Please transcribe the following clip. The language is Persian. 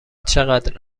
چقدر